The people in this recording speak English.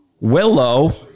willow